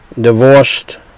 divorced